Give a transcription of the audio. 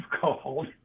called